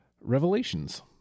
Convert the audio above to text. Revelations